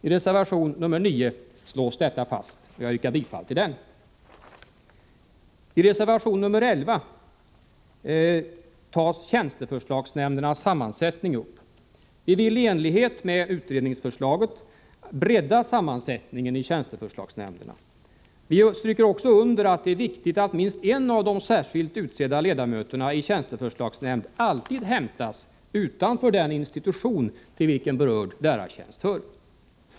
I reservation nr 9 slås detta fast, och jag yrkar bifall till den. I reservation 11 tas tjänsteförslagsnämndernas sammansättning upp. Vi vill i enlighet med vad som anförs i utredningsförslaget bredda sammansättningen i tjänsteförslagsnämnderna. Vi stryker också under att det är viktigt att minst en av de särskilt utsedda ledamöterna i tjänsteförslagsnämnden alltid hämtas utanför den institution till vilken berörd lärartjänst hör.